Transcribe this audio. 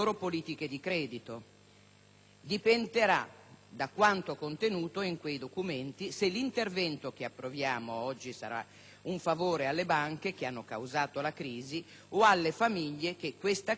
Dipenderà da quanto contenuto in quei documenti se l'intervento che approviamo oggi sarà un favore alle banche che hanno causato la crisi, o alle famiglie che questa crisi l'hanno subita.